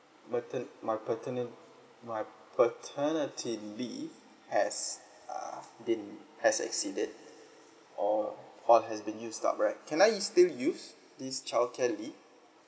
mater~ my patern~ my paternity leave has uh been has exceeded or all has been used up right can I still use this childcare leave